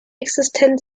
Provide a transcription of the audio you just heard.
existent